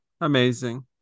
Amazing